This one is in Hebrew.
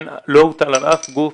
לא הוטל על אף גוף